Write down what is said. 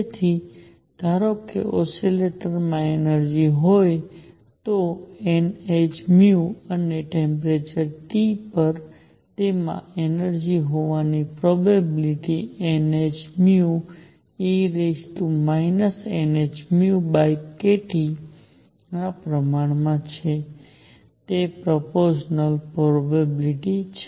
તેથી ધારો કે ઓસિલેટરમાં એનર્જિ હોય તો nhν અને ટેમ્પરેચર T પર તેમાં એનર્જિ હોવાની પ્રોબેબિલીટી nhν e nhνkT ના પ્રમાણમાં છે તે પ્રપોર્શન પ્રોબેબિલીટી છે